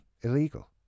illegal